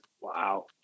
Wow